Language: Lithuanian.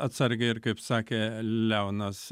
atsargiai ir kaip sakė leonas